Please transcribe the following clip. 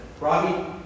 Robbie